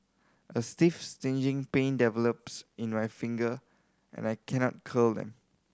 a stiff stinging pain develops in my finger and I cannot curl them